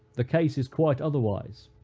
the case is quite otherwise.